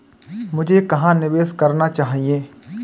मुझे कहां निवेश करना चाहिए?